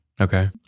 Okay